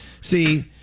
See